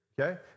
Okay